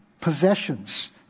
possessions